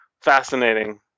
fascinating